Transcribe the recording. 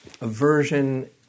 aversion